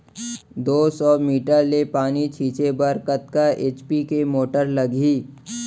दो सौ मीटर ले पानी छिंचे बर कतका एच.पी के मोटर लागही?